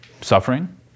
suffering